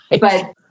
But-